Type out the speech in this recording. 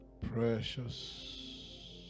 Precious